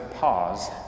pause